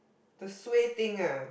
the suay thing ah